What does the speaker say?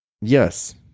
Yes